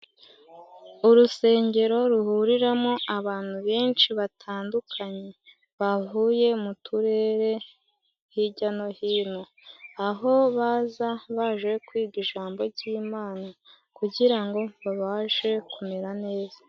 Urusengero ruhuriramo abantu benshi batandukanye bavuye mu turere hijya no hino ,aho baza baje kwiga ijambo jy'Imana kugira ngo babashe kumera neza.